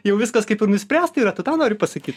jau viskas kaip ir nuspręsta yra tu tą nori pasakyt